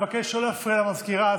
אני מבקש לא להפריע למזכירה.